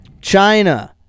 China